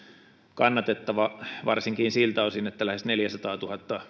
kannatettava varsinkin siltä osin että lähes neljäsataatuhatta